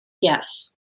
Yes